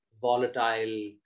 volatile